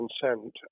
consent